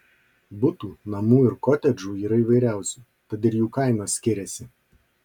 butų namų ir kotedžų yra įvairiausių tad ir jų kainos skiriasi